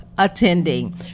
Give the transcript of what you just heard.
Attending